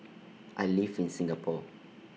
I live in Singapore